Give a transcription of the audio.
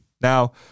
Now